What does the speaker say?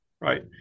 right